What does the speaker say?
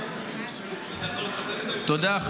תודה.